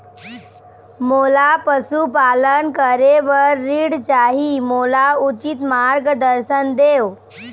मोला पशुपालन करे बर ऋण चाही, मोला उचित मार्गदर्शन देव?